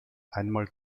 einmal